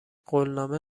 قولنامه